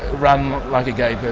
run like a gay but